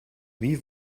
wie